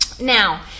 Now